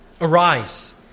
Arise